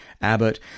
Abbott